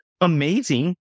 amazing